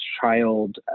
child